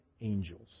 angels